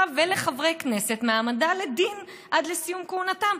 ולחברי כנסת מהעמדה לדין עד לסיום כהונתם.